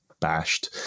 bashed